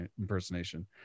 impersonation